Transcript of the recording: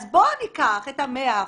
אז בוא ניקח את ה-100%,